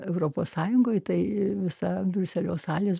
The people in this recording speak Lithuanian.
europos sąjungoj tai visa briuselio salės